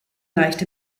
leicht